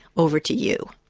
over to you.